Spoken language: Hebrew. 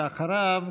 אחריו,